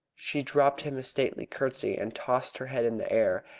she dropped him a stately curtsey, and tossed her head in the air,